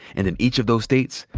and in each of those states,